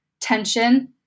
tension